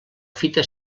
fita